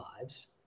lives